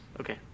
Okay